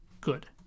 good